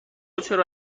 چرا